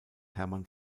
hermann